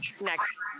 next